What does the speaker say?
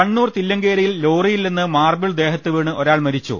കണ്ണൂർ തില്ലങ്കേരിയിൽ ലോറിയിൽ നിന്ന് മാർബിൾ ദേഹത്തു വീണ് ഒരാൾ മരിച്ചു